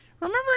remember